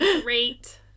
Great